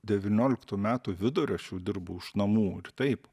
devynioliktų metų vidurio aš jau dirbau iš namų ir taip